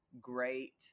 great